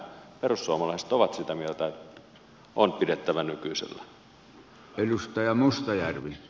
perussuomalaiset ovat sitä mieltä että on pidettävä nykyisellään